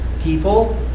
people